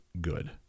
good